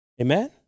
Amen